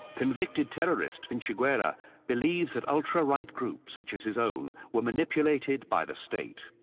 convicted terrorist vinciguerra believes that ultra-right groups such as his own, were manipulated by the state.